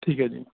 ਠੀਕ ਹੈ ਜੀ